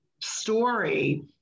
story